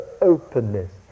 openness